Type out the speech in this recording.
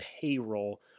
payroll